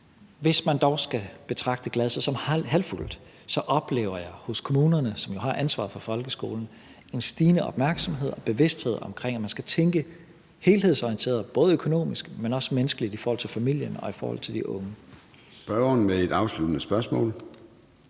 Hvis man dog skal betragte glasset som halvt fuldt, oplever jeg hos kommunerne, som jo har ansvaret for folkeskolen, en stigende opmærksomhed og bevidsthed omkring, at man skal tænke helhedsorienteret, både økonomisk, men også menneskeligt i forhold til familien og i forhold til de unge.